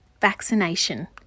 Vaccination